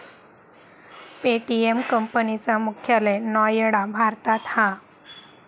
Paytm company चा मुख्यालय नोएडा भारतात हा